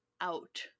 out